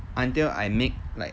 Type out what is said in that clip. until I make like